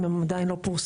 אם הן עדיין לא פורסמו.